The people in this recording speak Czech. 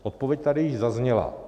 Odpověď tady již zazněla.